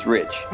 Rich